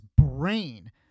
brain